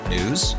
News